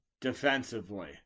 defensively